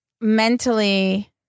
mentally